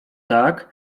tak